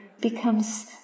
becomes